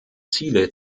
ziele